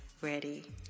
ready